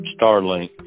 Starlink